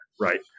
Right